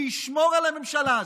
שישמור על הממשלה הזאת,